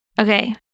Okay